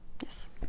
Yes